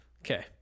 Okay